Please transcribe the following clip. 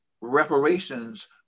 Reparations